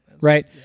right